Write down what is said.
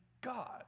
God